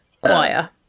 choir